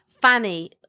fanny